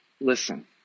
listen